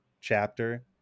chapter